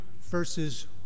verses